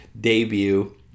debut